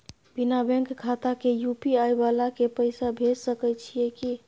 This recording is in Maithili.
बिना बैंक खाता के यु.पी.आई वाला के पैसा भेज सकै छिए की?